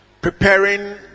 Preparing